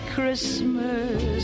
Christmas